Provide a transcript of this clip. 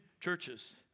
churches